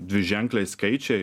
dviženkliai skaičiai